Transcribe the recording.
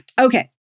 Okay